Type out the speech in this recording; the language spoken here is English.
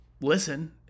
listen